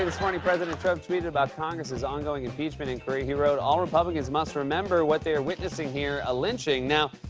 this morning, president trump tweeted about congress' ongoing impeachment inquiry. he wrote, all republicans must remember what they are witnessing here a lynching. now,